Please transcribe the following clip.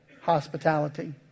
hospitality